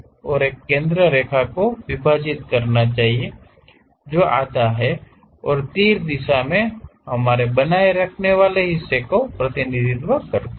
और एक केंद्र रेखा को विभाजित करना चाहिए जो आधा और तीर दिशा हमारे बनाए रखने वाले हिस्से का प्रतिनिधित्व करता है